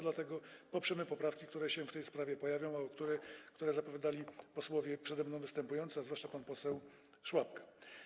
Dlatego poprzemy poprawki, które się w tej sprawie pojawią, a które zapowiadali posłowie przede mną występujący, a zwłaszcza pan poseł Szłapka.